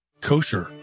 Kosher